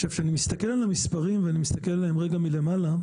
כשאני מסתכל על המספרים ואני מסתכל עליהם רגע מלמעלה,